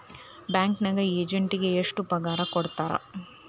Banking ಎಜೆಂಟಿಗೆ ಎಷ್ಟ್ ಪಗಾರ್ ಕೊಡ್ತಾರ್?